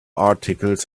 articles